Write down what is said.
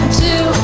two